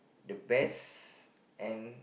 the best and